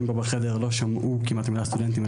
פה בחדר לא שמעו כמעט את המילה סטודנטים,